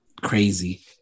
crazy